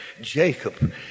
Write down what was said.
Jacob